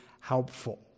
helpful